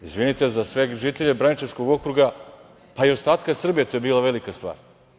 Izvinite, za sve žitelje Braničevskog okruga, pa i ostatka Srbije, to je bila velika stvar.